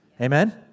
Amen